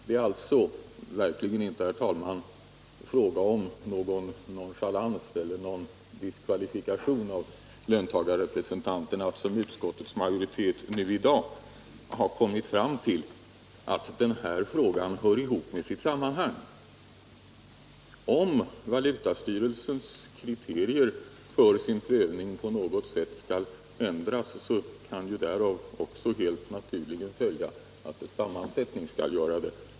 Det är alltså verkligen inte, herr talman, fråga om någon nonchalans eller diskvalifikation av löntagarrepresentanterna att, som utskottets majoritet nu i dag har kommit fram till, den här frågan skall ses i ett större sammanhang. Om valutastyrelsens kriterier för sin prövning på något sätt skall ändras, kan därav helt naturligt följa att dess sammansättning skall göra det.